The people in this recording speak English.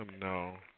no